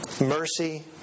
Mercy